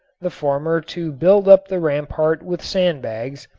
the former to build up the rampart with sandbags,